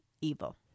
evil